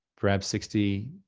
perhaps sixty.